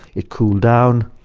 it cooled down,